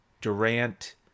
Durant